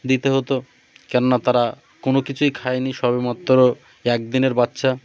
দিতে হতো কেননা তারা কোনো কিছুই খায়নি সবেমাত্র এক দিনের বাচ্চা